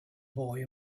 boy